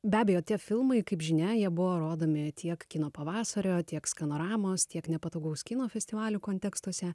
be abejo tie filmai kaip žinia jie buvo rodomi tiek kino pavasario tiek skanoramos tiek nepatogaus kino festivalių kontekstuose